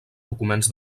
documents